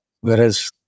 Whereas